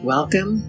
Welcome